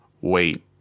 Wait